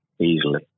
easily